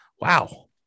wow